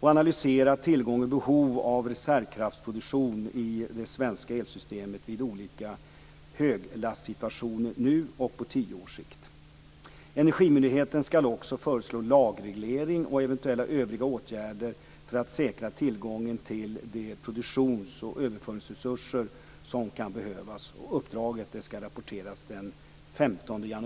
och analysera tillgång och behov av reservkraftsproduktion i det svenska elsystemet vid olika höglastsituationer nu och på tio års sikt. Energimyndigheten skall också föreslå lagreglering och eventuella övriga åtgärder för att säkra tillgången till de produktions och överföringsresurser som kan behövas. Uppdraget skall rapporteras den 15